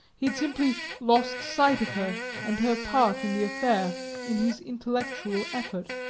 had simply lost sight of her and her part in the affair in his intellectual effort.